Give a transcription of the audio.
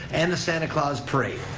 and the santa claus parade.